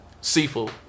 Seafood